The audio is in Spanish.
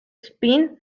spin